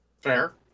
Fair